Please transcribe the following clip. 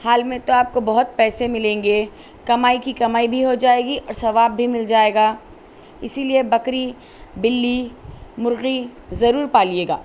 حال میں تو آپ کو بہت پیسے ملیں گے کمائی کی کمائی بھی ہو جائے گی اور ثواب بھی مل جائے گا اسی لیے بکری بلی مرغی ضرور پالیے گا